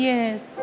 Yes